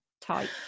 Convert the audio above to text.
type